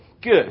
Good